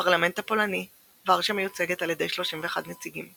בפרלמנט הפולני, ורשה מיוצגת על ידי 31 נציגים.